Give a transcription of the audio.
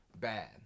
bad